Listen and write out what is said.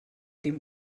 dem